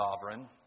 sovereign